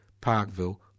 Parkville